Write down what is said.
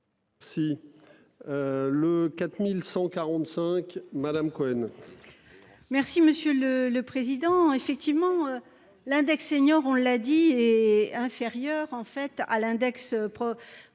Si. Le 4145 Madame Cohen. Merci monsieur le le président, effectivement. L'index senior. On l'a dit et inférieur en fait à l'index.